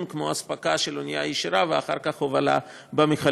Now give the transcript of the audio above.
כמו אספקה של אונייה ישירה ואחר כך הובלה במכליות,